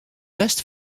best